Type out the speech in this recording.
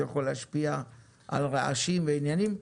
וזה יכול להשפיע על רעשים ועניינים,